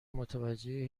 متوجه